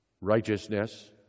Righteousness